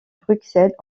bruxelles